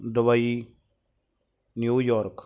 Dubai New York